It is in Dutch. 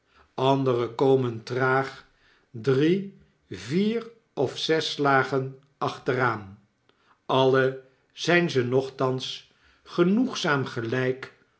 andere komen traag drie vier of zes slagen achteraan alle zyn ze nochtans genoegzaam gelyk